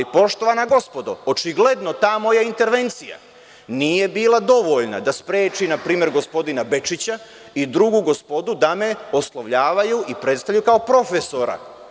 Poštovana gospodo, očigledno ta moja intervencija nije bila dovoljna da spreči npr. gospodina Bečića i drugu gospodu da me oslovljavaju i predstavljaju kao profesora.